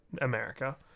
America